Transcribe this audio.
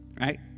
Right